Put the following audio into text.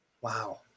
Wow